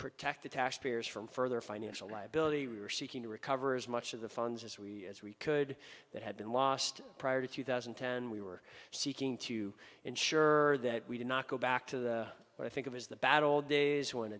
protect the taxpayers from further financial liability we were seeking to recover as much of the funds as we as we could that had been lost prior to two thousand and ten we were seeking to ensure that we did not go back to the what i think of as the bad old days when